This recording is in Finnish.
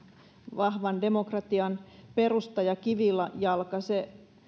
vahvan demokratian perusta ja kivijalka se